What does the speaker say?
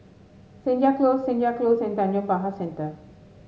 Senja Close Senja Close and Tanjong Pagar Centre